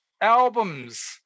albums